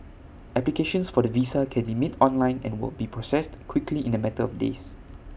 applications for the visa can be made online and will be processed quickly in A matter of days